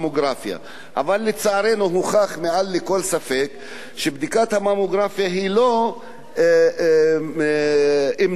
אבל לצערנו הוכח מעל לכל ספק שבדיקת הממוגרפיה היא לא אמצעי שמגלה